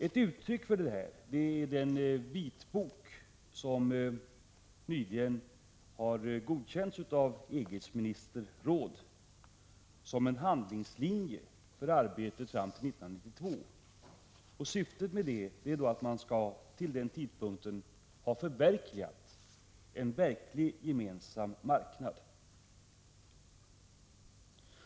Ett uttryck för detta är den vitbok som nyligen har godkänts av EG:s medlemsländer som en handlingslinje för arbetet fram till 1992. Syftet är att man fram till den tidpunkten skall ha uppnått en verkligt gemensam marknad.